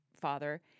father